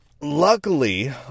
Luckily